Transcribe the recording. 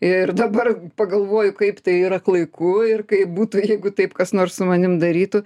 ir dabar pagalvoju kaip tai yra klaiku ir kaip būtų jeigu taip kas nors su manim darytų